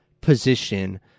position